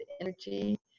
energy